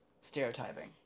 stereotyping